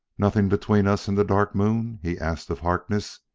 nothing between us and the dark moon? he asked of harkness.